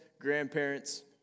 grandparents